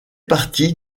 partie